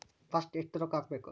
First ಎಷ್ಟು ರೊಕ್ಕ ಹಾಕಬೇಕು?